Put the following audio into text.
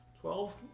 Twelve